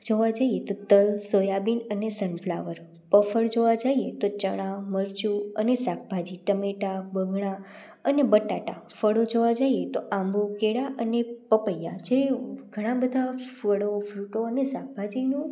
જોવા જઈએ તલ સોયાબીન અને સન ફ્લાવર કઠોળ જોવા જઈએ તો ચણા મરચું અને શાકભાજી ટામેટા રીંગણાં અને બટાટા ફળો જોવા જાઈએ તો આંબો કેળા અને પપૈયા જે ઘણાં બધાં ફળો ફ્રૂટો અને શાકભાજીનું